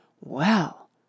Well